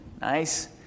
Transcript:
Nice